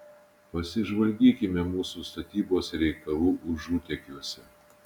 pasižvalgykime mūsų statybos reikalų užutėkiuose